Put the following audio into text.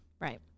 Right